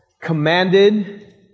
commanded